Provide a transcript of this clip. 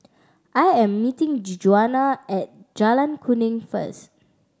I am meeting Djuana at Jalan Kuning first